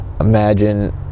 imagine